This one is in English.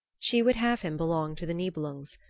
she would have him belong to the nibelungs,